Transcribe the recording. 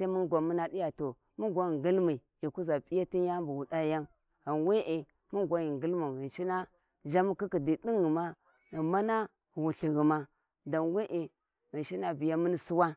mun gwan ghi ngilmi ghi kuza p`iyati yani buwu dayan ghan wee mun gwan ghi ngilmau ghishina, zhanun kikkidi dinghuma ghu mana ghu wulhighum ghan wee ghinshina biyu mu suwa.